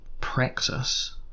praxis